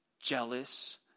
jealous